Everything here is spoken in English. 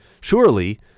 surely